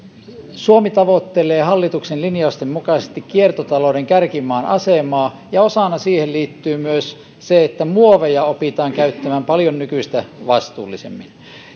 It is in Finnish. suomi tavoittelee hallituksen linjausten mukaisesti kiertotalouden kärkimaan asemaa ja siihen liittyy osana myös se että muoveja opitaan käyttämään paljon nykyistä vastuullisemmin